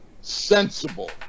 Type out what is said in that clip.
sensible